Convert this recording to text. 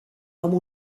amb